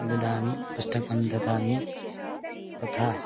ददामि पुस्तकं ददामि तथा